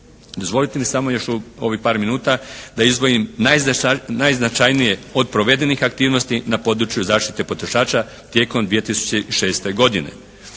Dozvolite mi još samo u ovih par minuta da izdvojim najznačajnije od provedenih aktivnosti na području zaštite potrošača tijekom 2006. godine.